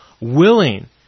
willing